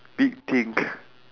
big thing